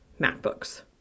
MacBooks